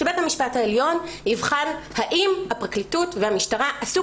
שבית המשפט העליון יבחן אם הפרקליטות והמשטרה עשו